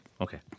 okay